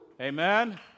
Amen